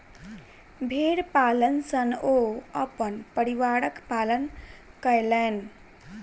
भेड़ पालन सॅ ओ अपन परिवारक पालन कयलैन